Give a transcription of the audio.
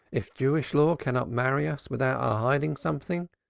if jewish law cannot marry us without our hiding something,